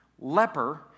leper